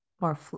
more